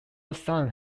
sound